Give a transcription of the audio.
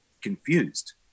confused